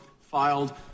filed